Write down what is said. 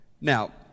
Now